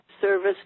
service